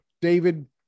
David